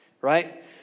right